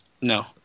No